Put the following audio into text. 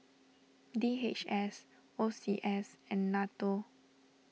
D H S O C S and Nato